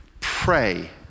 pray